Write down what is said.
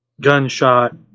gunshot